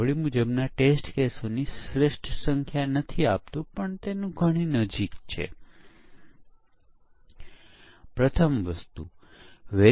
અને પરિસ્થિતિ એવી આવી શકે છે જ્યારે આપણે સોફ્ટવેર પ્રકાશિત કર્યું છે અને પછી આપણે તે સોફ્ટવેરનું બીજું વર્ઝન પ્રકાશિત કરી રહ્યાં છીએ